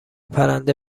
پرنده